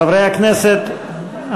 חברי הכנסת,